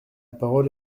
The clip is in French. parole